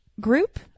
group